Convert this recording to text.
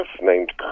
named